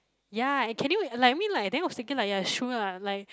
ya can you like I mean like then I was thinking like sure ah like